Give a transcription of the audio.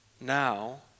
Now